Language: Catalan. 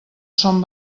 són